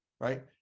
right